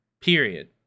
period